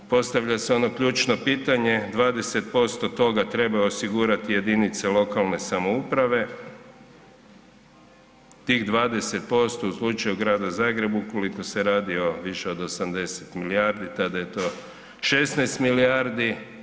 Postavlja se ono ključno pitanje, 20% trebaju od toga osigurati jedinice lokalne samouprave, tih 20% u slučaju Grada Zagreba ukoliko se radi više od 80 milijardi tada je to 16 milijardi.